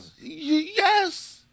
Yes